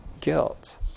guilt